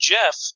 Jeff